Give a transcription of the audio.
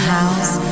House